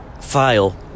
file